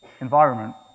environment